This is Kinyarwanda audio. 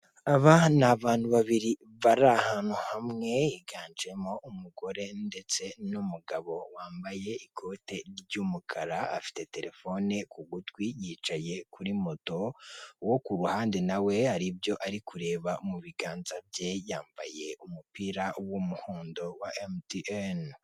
Aba ni abantu babiri bari ahantu hamwe higanjemo umugore ndetse n'umugabo wambaye ikote ry'umukara afite telefone ku gutwi yicaye kuri moto wo ku ruhande nawe aribyo ari kureba mu biganza bye yambaye umupira w'umuhondo wa MTN.